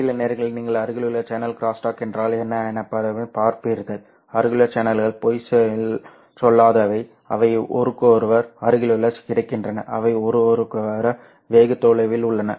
சில நேரங்களில் நீங்கள் அருகிலுள்ள சேனல் க்ரோஸ்டாக் என்றால் என்ன என்பதையும் பார்ப்பீர்கள் அருகிலுள்ள சேனல்கள் பொய் சொல்லாதவை அவை ஒருவருக்கொருவர் அருகிலேயே கிடக்கின்றன அவை ஒருவருக்கொருவர் வெகு தொலைவில் உள்ளன